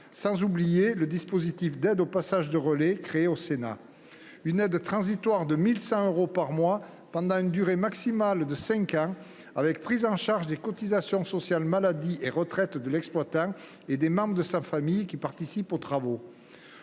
pas le dispositif d’aide au passage de relais créé au Sénat : une aide transitoire de 1 100 euros par mois pendant une durée maximale de cinq ans avec prise en charge des cotisations sociales maladie et retraite de l’exploitant et des membres de sa famille qui participent aux travaux.